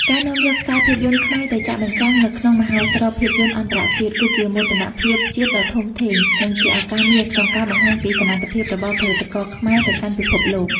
ការនាំយកខ្សែភាពយន្តខ្មែរទៅចាក់បញ្ចាំងនៅក្នុងមហោស្រពភាពយន្តអន្តរជាតិ គឺជាមោទនភាពជាតិដ៏ធំធេង និងជាឱកាសមាសក្នុងការបង្ហាញពីសមត្ថភាពរបស់ផលិតករខ្មែរទៅកាន់ពិភពលោក។